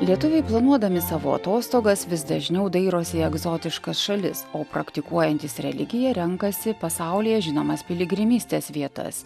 lietuviai planuodami savo atostogas vis dažniau dairosi į egzotiškas šalis o praktikuojantys religiją renkasi pasaulyje žinomas piligrimystės vietas